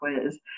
quiz